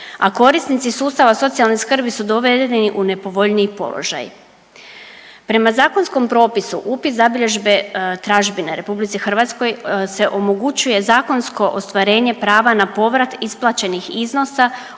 a korisnici sustava socijalne skrbi su dovedeni u nepovoljniji položaj. Prema zakonskom propisu upis zabilježbe tražbine RH se omogućuje zakonsko ostvarenje prava na povrat isplaćenih iznosa